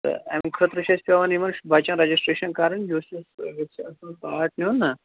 تہٕ اَمہِ خٲطرٕ چھِ اَسہِ پٮ۪وان یِمن بَچَن رجسٹریشن کَرٕنۍ یُس پاٹ نیُن نا